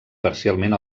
parcialment